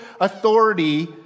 authority